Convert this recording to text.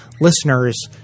listeners